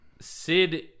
Sid